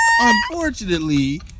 Unfortunately